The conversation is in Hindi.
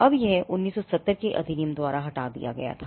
अब यह 1970 के अधिनियम द्वारा हटा दिया गया था